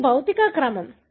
ఇది భౌతిక క్రమం